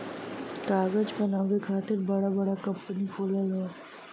कागज बनावे खातिर बड़ा बड़ा कंपनी खुलल हौ